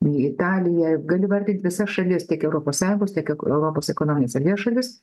italija gali vardint visas šalis tiek europos sąjungos tiek ek europos ekonominės erdvės šalis